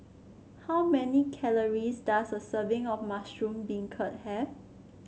how many calories does a serving of Mushroom Beancurd have